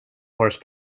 horse